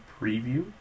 Preview